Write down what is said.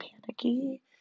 panicky